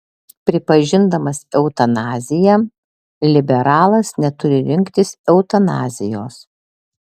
pripažindamas eutanaziją liberalas neturi rinktis eutanazijos